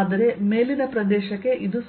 ಆದರೆ ಮೇಲಿನ ಪ್ರದೇಶಕ್ಕೆ ಇದು 0